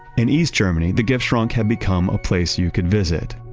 in east germany, the giftschrank had become a place you could visit,